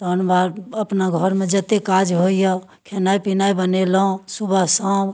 तहन बाहर अपना घरमे जते काज होइए खेनाय पीनाय बनेलहुँ सुबह शाम